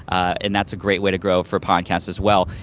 and that's a great way to grow for podcasts as well.